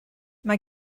mae